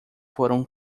foram